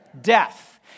Death